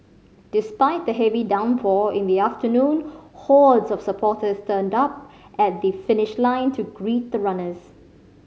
despite the heavy downpour in the afternoon hordes of supporters turned up at the finish line to greet the runners